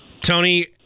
Tony